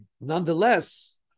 Nonetheless